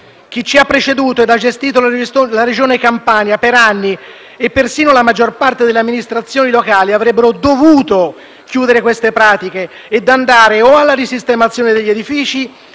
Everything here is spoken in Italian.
Chi ci ha preceduto e ha gestito la Regione Campania per anni e persino la maggior parte delle amministrazioni locali avrebbero dovuto chiudere queste pratiche e andare alla risistemazione degli edifici